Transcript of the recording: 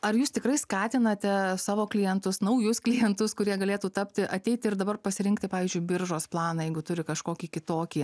ar jūs tikrai skatinate savo klientus naujus klientus kurie galėtų tapti ateiti ir dabar pasirinkti pavyzdžiui biržos planą jeigu turi kažkokį kitokį